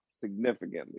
significantly